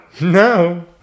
No